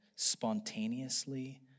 spontaneously